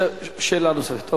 שאלה נוספת.